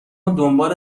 دنبال